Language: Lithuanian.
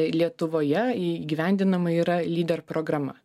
lietuvoje įgyvendinama yra lyder programa